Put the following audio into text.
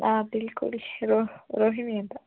ಹಾಂ ರೋಹಿಣಿ ಅಂತ